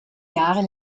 jahre